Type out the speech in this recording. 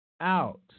out